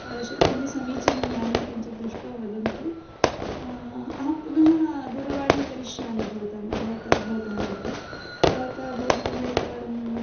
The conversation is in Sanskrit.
तादृशं किञ्चित् समीचीनं यानं किञ्चित् दृष्ट्वा वदन्तु अहं पुनः दूरवाणीं करिष्यामि भवतां भवत भवतः कृते तावता भवन्तः एकवारं